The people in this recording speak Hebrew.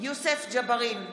יוסף ג'בארין,